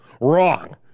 Wrong